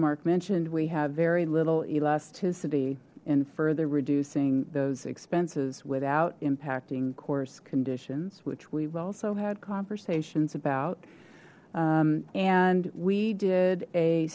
mark mentioned we have very little elasticity in further reducing those expenses without impacting course conditions which we've also had conversations about and we did a